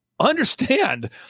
Understand